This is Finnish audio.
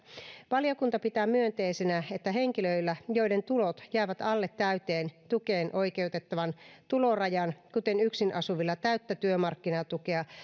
valiokunta pitää myönteisenä että henkilöillä joiden tulot jäävät alle täyteen tukeen oikeuttavan tulorajan kuten yksin asuvilla täyttä työmarkkinatukea